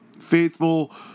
Faithful